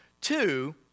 Two